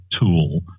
tool